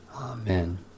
Amen